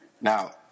Now